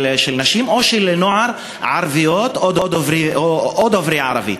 נשים ושל נוער ערבים או דוברי ערבית.